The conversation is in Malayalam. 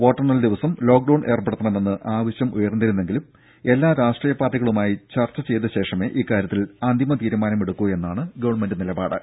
വോട്ടണ്ണൽ ദിവസം ലോക്ഡൌൺ ഏർപ്പടുത്തണമെന്ന് ആവശ്യം ഉയർന്നിരുന്നെങ്കിലും എല്ലാ രാഷ്ട്രീയ പാർട്ടികളുമായി ചർച്ച ചെയ്തശേഷമേ ഇക്കാര്യത്തിൽ അന്തിമ തീരുമാനമെടുക്കൂ എന്നാണ് ഗവൺമെന്റ് നിലപാട്